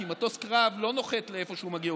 כי מטוס קרב לא נוחת איפה שהוא מגיע,